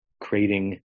creating